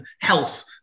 health